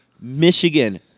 Michigan